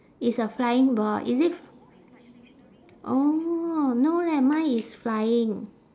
it's a flying ball is it f~ orh no leh mine is flying